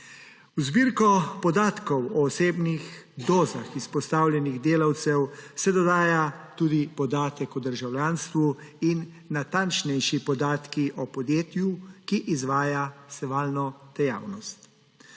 V zbirko podatkov o osebnih dozah izpostavljenih delavcev se dodaja tudi podatek o državljanstvu in natančnejši podatki o podjetju, ki izvaja sevalno dejavnost.